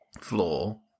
floor